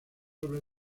obras